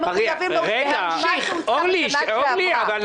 מחויבים להוציא את מה שהוצא בשנה שעברה,